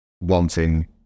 Wanting